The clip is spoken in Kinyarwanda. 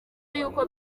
y’uko